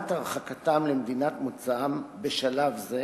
נמנעת הרחקתם למדינת מוצאם בשלב זה